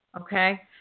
okay